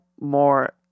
more